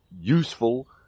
useful